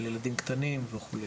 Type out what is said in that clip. על ילדים קטנים וכו'.